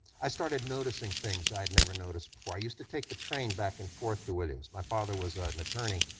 i started noticing things i'd never noticed before. i used to take the train back and forth to williams, my father was ah an attorney,